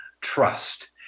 trust